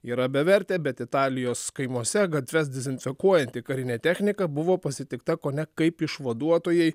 yra bevertė bet italijos kaimuose gatves dezinfekuojanti karinė technika buvo pasitikta kone kaip išvaduotojai